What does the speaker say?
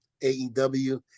AEW